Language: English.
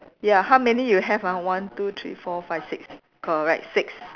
ya how many you have ah one two three four five six correct six